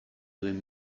duen